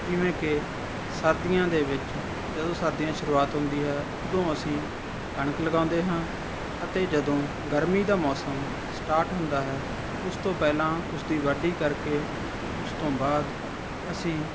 ਜਿਵੇਂ ਕਿ ਸਰਦੀਆਂ ਦੇ ਵਿੱਚ ਜਦੋਂ ਸਰਦੀਆਂ ਦੀ ਸ਼ੁਰੂਆਤ ਹੁੰਦੀ ਹੈ ਉਦੋਂ ਅਸੀਂ ਕਣਕ ਲਗਾਉਂਦੇ ਹਾਂ ਅਤੇ ਜਦੋਂ ਗਰਮੀ ਦਾ ਮੌਸਮ ਸਟਾਰਟ ਹੁੰਦਾ ਹੈ ਉਸ ਤੋਂ ਪਹਿਲਾਂ ਉਸ ਦੀ ਵਾਢੀ ਕਰਕੇ ਉਸ ਤੋਂ ਬਾਅਦ ਅਸੀਂ